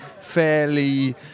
fairly